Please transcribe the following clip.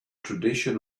tradition